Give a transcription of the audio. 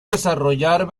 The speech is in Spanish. desarrollar